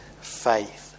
faith